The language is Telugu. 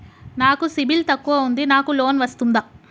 నాకు సిబిల్ తక్కువ ఉంది నాకు లోన్ వస్తుందా?